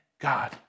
God